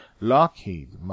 Lockheed